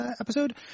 episode